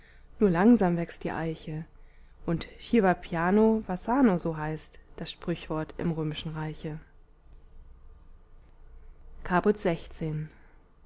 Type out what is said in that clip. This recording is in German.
nur langsam wächst die eiche und chi va piano va sano so heißt das sprüchwort im römischen reiche caput